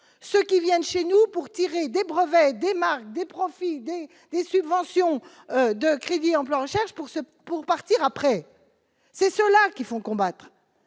ceux qui viennent chez nous pour tirer des brevets et des marques, des profits des subventions de crédit emploi recherche pour ce pour partir, après, c'est cela qui vont combattre